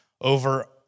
over